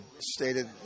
stated